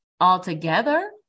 altogether